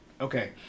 Okay